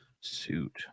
suit